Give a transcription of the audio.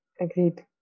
agreed